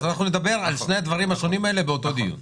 אז אנחנו נדבר על שני הדברים השונים האלה באותו דיון.